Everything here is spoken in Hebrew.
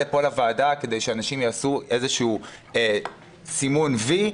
לוועדה כדי שאנשים יעשו איזה סימון וי,